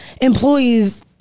employees